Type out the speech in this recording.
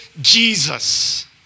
Jesus